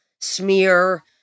smear